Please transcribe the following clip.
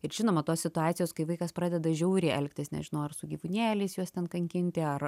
ir žinoma tos situacijos kai vaikas pradeda žiauriai elgtis nežinau ar su gyvūnėliais juos ten kankinti ar